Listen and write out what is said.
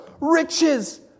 riches